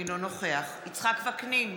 אינו נוכח יצחק וקנין,